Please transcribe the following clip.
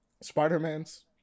spider-man's